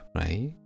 right